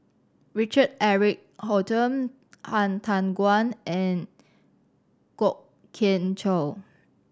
Richard Eric Holttum Han Tan Juan and Kwok Kian Chow